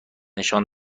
نشان